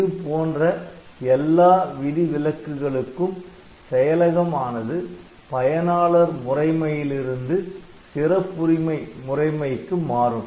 இது போன்ற எல்லா விதிவிலக்குகளுக்கும் செயலகம் ஆனது பயனாளர் முறைமையிலிருந்து சிறப்புரிமை முறைமைக்கு மாறும்